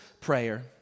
Prayer